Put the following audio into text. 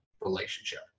relationship